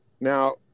now